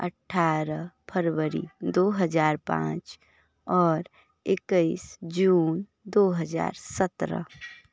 अट्ठारह फरवरी दो हजार पाँच और इक्कीस जून दो हजार सत्रह